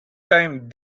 time